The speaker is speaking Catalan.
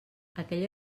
aquell